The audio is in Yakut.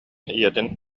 ийэтин